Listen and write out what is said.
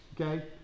Okay